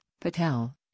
Patel